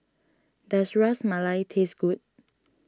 does Ras Malai taste good